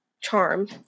charm